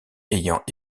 ayant